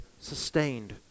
sustained